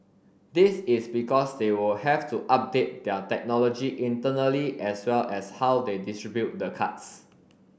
this is because they will have to update their technology internally as well as how they distribute the cards